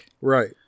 Right